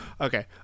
Okay